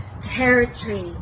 territory